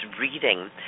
reading